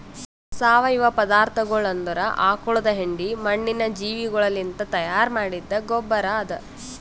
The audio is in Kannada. ಸಾವಯವ ಪದಾರ್ಥಗೊಳ್ ಅಂದುರ್ ಆಕುಳದ್ ಹೆಂಡಿ, ಮಣ್ಣಿನ ಜೀವಿಗೊಳಲಿಂತ್ ತೈಯಾರ್ ಮಾಡಿದ್ದ ಗೊಬ್ಬರ್ ಅದಾ